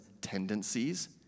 tendencies